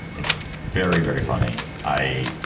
it's very, very funny. i.